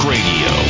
Radio